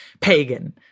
pagan